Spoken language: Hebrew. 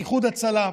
איחוד הצלה,